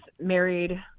married